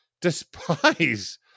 despise